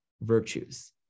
virtues